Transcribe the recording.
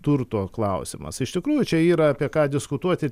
turto klausimas iš tikrųjų čia yra apie ką diskutuoti